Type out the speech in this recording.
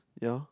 yeah